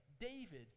David